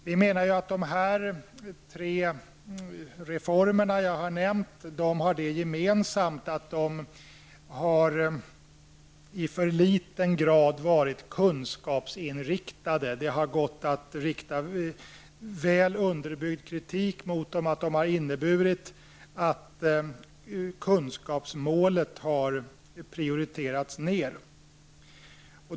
Vi menar att de tre reformerna har gemensamt att de i för liten grad har varit kunskapsinriktade. Det har gått att rikta väl underbyggd kritik mot dem, att de har inneburit att kunskapsmålet har prioriterats ned.